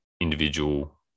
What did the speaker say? individual